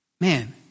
Man